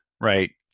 right